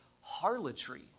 harlotry